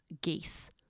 geese